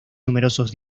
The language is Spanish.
numerosos